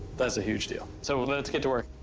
that's a huge deal. so let's get to work.